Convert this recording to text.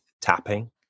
tapping